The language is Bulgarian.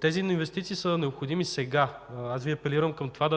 Тези инвестиции са необходими сега. Аз Ви апелирам към това